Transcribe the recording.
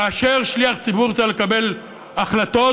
כאשר שליח ציבור צריך לקבל החלטות,